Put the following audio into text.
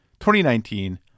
2019